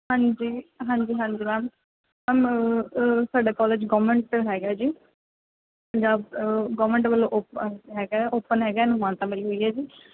ਹਾਂਜੀ ਹਾਂਜੀ ma'am ma'am ਸਾਡਾ ਕਾਲਜ ਗੌਰਮੈਂਟ ਹੈਗਾ ਜੀ ਪੰਜਾਬ ਗੌਰਮੈਂਟ ਵੱਲੋਂ ਓਪ ਹੈਗਾ ਓਪਨ ਹੈਗਾ ਅਨੁਮਾਨਤਾ ਮਿਲੀ ਹੋਈ ਹੈ ਜੀ